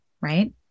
right